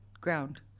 ground